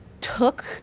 took